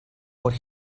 what